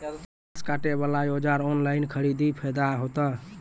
घास काटे बला औजार ऑनलाइन खरीदी फायदा होता?